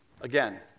Again